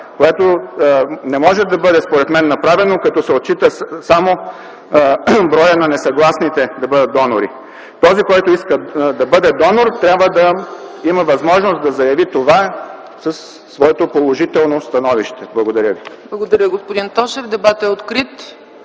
мен не може да бъде направено, като се отчита само броят на несъгласните да бъдат донори. Този, който иска да бъде донор, трябва да има възможност да заяви това със своето положително становище. Благодаря ви. ПРЕДСЕДАТЕЛ ЦЕЦКА ЦАЧЕВА: Благодаря, господин Тошев. Дебатът е открит!